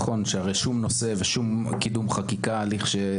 שהרי כנראה שלא תציב קו אדום באף נושא או קידום חקיקה שיגיע.